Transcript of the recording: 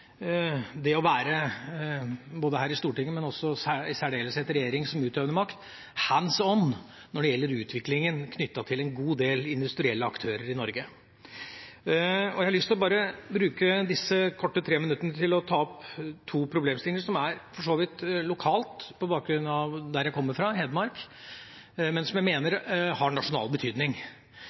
det å være – både her i Stortinget, og i særdeleshet regjeringa som utøvende makt – «hands on» når det gjelder utviklinga knyttet til en god del industrielle aktører i Norge. Jeg har lyst til å bruke disse korte tre minuttene til å ta opp to problemstillinger, som for så vidt er lokale, på bakgrunn av der jeg kommer fra, Hedmark, men som jeg mener har nasjonal betydning.